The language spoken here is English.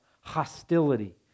Hostility